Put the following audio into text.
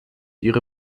ihre